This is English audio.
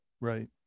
right